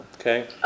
Okay